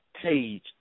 page